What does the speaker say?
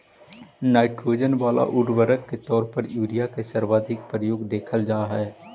nitrogen वाला उर्वरक के तौर पर यूरिया के सर्वाधिक प्रयोग देखल जा हइ